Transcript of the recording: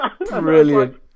Brilliant